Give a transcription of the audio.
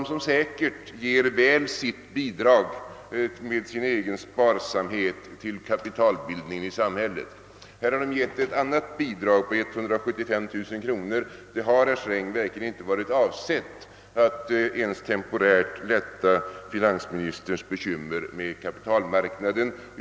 Det är personer som säkert genom sin sparsamhet ger sitt bidrag till kapitalbildningen i samhället. Nu har de här gett ett annat bidrag på 175 000 kronor. Dessa pengar, herr Sträng, har verkligen inte varit avsedda att ens temporärt lätta finansministerns bekymmer med kapitalmarknaden.